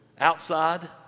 Outside